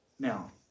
Now